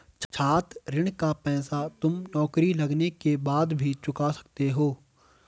छात्र ऋण का पैसा तुम नौकरी लगने के बाद भी चुका सकते हो